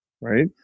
right